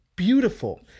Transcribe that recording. Beautiful